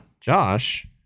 Josh